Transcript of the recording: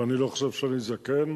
ואני לא חושב שאני זקן,